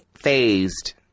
phased